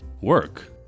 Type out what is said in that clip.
work